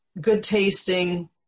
good-tasting